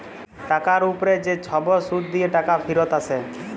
টাকার উপ্রে যে ছব সুদ দিঁয়ে টাকা ফিরত আসে